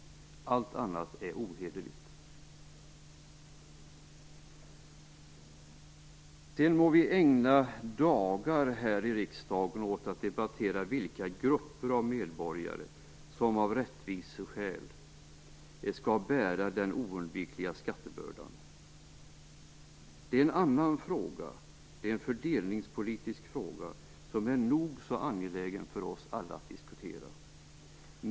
Allt annat är ohederligt. Sedan må vi ägna dagar här i riksdagen åt att debattera vilka grupper av medborgare som av rättviseskäl skall bära den oundvikliga skattebördan. Det är en annan fråga, en fördelningspolitisk fråga, som är nog så angelägen för oss alla att diskutera.